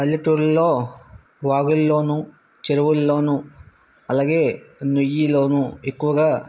పల్లెటూర్లలో వాగులలో చెరువులలో అలాగే నుయ్యిలో ఎక్కువగా